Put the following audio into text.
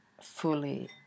fully